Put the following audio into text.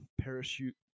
parachute